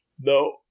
No